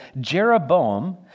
Jeroboam